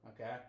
Okay